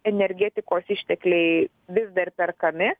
energetikos ištekliai vis dar perkami